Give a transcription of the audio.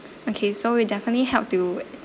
okay we'll definitely help to